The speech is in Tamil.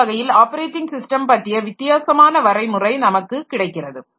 இந்த வகையில் ஆப்பரேட்டிங் ஸிஸ்டம் பற்றிய வித்தியாசமான வரைமுறை நமக்கு கிடைக்கிறது